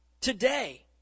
today